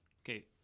Okay